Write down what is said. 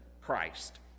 Christ